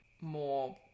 more